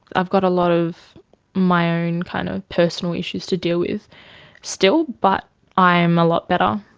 i've got a lot of my own kind of personal issues to deal with still but i'm a lot better.